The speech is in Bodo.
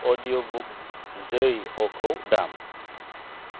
अदिय' बुक जै ह'खौ दाम